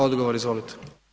Odgovor, izvolite.